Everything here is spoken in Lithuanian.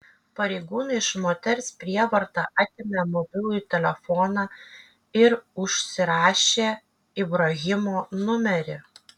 pareigūnai iš moters prievarta atėmė mobilųjį telefoną ir užsirašė ibrahimo numerį